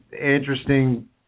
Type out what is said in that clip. interesting